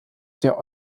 der